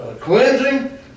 cleansing